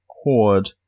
horde